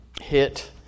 hit